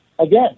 again